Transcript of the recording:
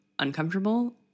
uncomfortable